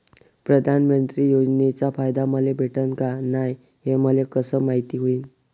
प्रधानमंत्री योजनेचा फायदा मले भेटनं का नाय, हे मले कस मायती होईन?